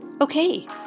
okay